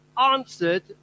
answered